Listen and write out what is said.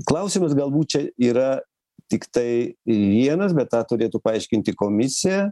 klausimas galbūt čia yra tiktai vienas bet tą turėtų paaiškinti komisija